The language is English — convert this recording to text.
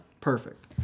Perfect